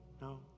No